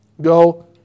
Go